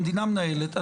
המדינה מנהלת.